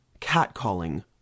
catcalling